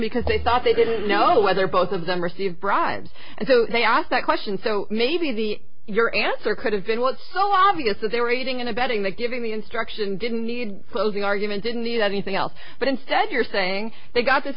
because they thought they didn't know whether both of them received bribes and so they asked that question so maybe the your answer could have been was so obvious that they were aiding and abetting that giving the instruction didn't need for losing argument didn't need anything else but instead you're saying they got